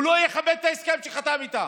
הוא לא יכבד את ההסכם שחתם איתם.